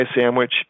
sandwich